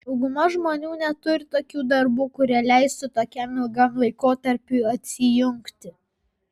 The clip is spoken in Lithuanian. dauguma žmonių neturi tokių darbų kurie leistų tokiam ilgam laikotarpiui atsijungti